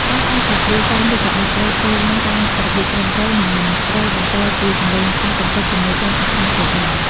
ការកាន់ស្លាបព្រា សម ឬកាំបិត ត្រូវធ្វើឡើងតាមរបៀបត្រឹមត្រូវ និងមិនត្រូវបង្កជាសំឡេងប៉ះទង្គិចជាមួយចានឱ្យខ្លាំងពេកឡើយ។